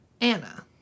Anna